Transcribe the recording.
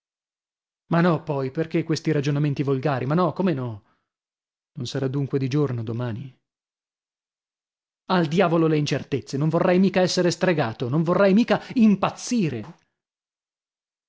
ma no poi perchè questi ragionamenti volgari ma no come no non sarà dunque di giorno domani al diavolo le incertezze non vorrei mica essere stregato non vorrei mica impazzire